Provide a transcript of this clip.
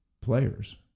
players